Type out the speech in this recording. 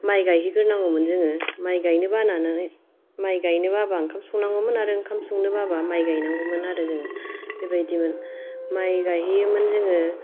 माइ गायहैग्रोनांगौमोन जोङो माइ गायनो बानानै माइ गायनो बाबा ओंखाम संनांगौमोन आरो ओंखाम संनो बाबा माइ गायनांगौमोन आरो जोङो बेबायदिमोन माइ गायहैयोमोन जोङो